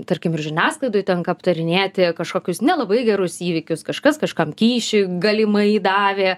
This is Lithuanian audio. tarkim ir žiniasklaidoj tenka aptarinėti kažkokius nelabai gerus įvykius kažkas kažkam kyšį galimai davė